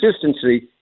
consistency